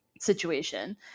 situation